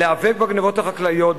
להיאבק בגנבות החקלאיות,